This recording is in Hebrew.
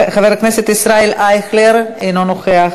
חבר הכנסת ישראל אייכלר, אינו נוכח.